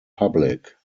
public